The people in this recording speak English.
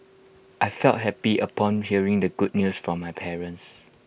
I felt happy upon hearing the good news from my parents